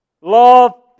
love